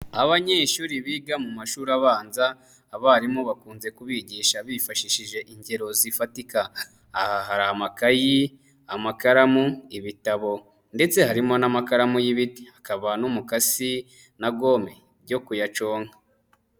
Abanyeshuri biga mu mashuri abanza, abarimu bakunze kubigisha bifashishije ingero zifatika, aha hari amakayi amakaramu, ibitabo ndetse harimo n'amakaramu y'ibiti, hakaba n'umukasi na gome byo kuyaconga.